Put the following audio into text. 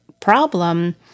problem